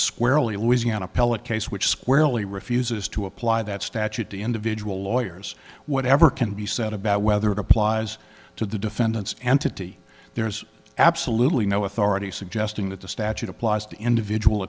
squarely a louisiana appellate case which squarely refuses to apply that statute to individual lawyers whatever can be said about whether it applies to the defendants entity there is absolutely no authority suggesting that the statute applies to individual